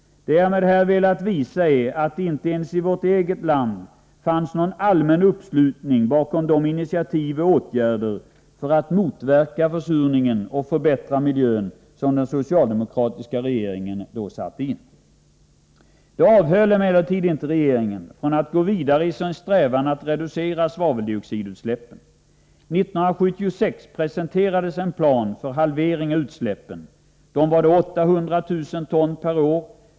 Det jag med detta velat visa är att det inte ens i vårt eget land fanns någon allmän uppslutning bakom de initiativ och åtgärder för att motverka försurningen och för att förbättra miljön som den socialdemokratiska regeringen satte in. Det avhöll emellertid inte regeringen från att gå vidare i sin strävan att reducera svaveldioxidutsläppen. År 1976 presenterades en plan för en halvering av utsläppen, som då var 800 000 ton per år.